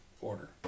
order